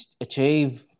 achieve